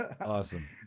Awesome